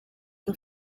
the